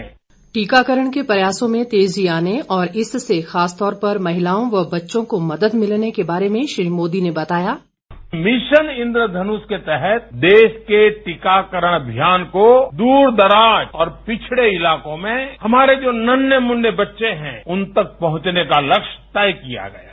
टीकाकरण के प्रयासों में तेजी आने और इससे खास तौर पर महिलाओं और बच्चों को मदद मिलने के बारे में श्री मोदी ने बताया मिशन इंद्रधन्ष के तहत देश के टीकाकरण अभियान को दूर दराज और पिछड़े इलाकों में हमारे जो नन्हें मुन्ने बच्चे हैं उन तक पहुंचने का लक्ष्य तय किया गया है